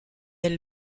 elle